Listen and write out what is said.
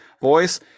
voice